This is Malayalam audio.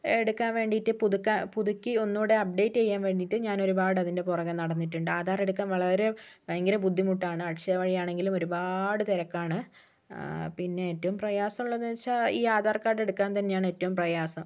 എടുക്കാൻ വേണ്ടിയിട്ട് പുതുക്കാൻ പുതുക്കി ഒന്നുകൂടി അപ്ഡേറ്റ് ചെയ്യാൻ വേണ്ടിയിട്ട് ഞാൻ ഒരുപാട് അതിൻ്റെ പുറകെ നടന്നിട്ടുണ്ട് ആധാർ എടുക്കാൻ വളരെ ഭയങ്കര ബുദ്ധിമുട്ടാണ് അക്ഷയ വഴിയാണെങ്കിലും ഒരുപാട് തിരക്കാണ് പിന്നെ ഏറ്റവും പ്രയാസമുള്ളതെന്ന് വച്ചാൽ ഈ ആധാർ കാർഡ് എടുക്കാൻ തന്നെയാണ് ഏറ്റവും പ്രയാസം